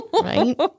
Right